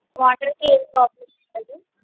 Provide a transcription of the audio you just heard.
వాటర్కి ఏ ప్రాబ్లం ఉండదు